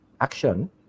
action